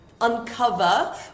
uncover